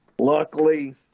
Luckily